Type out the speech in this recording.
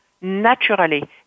naturally